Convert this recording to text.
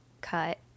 cut